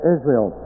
Israel